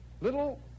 little